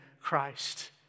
Christ